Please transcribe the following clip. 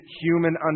human